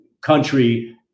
country